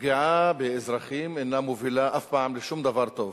והפגיעה באזרחים אינה מובילה אף פעם לשום דבר טוב.